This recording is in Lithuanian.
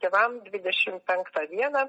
tėvam dvidešimt penktą dieną